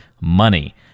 money